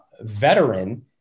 veteran